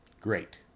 Great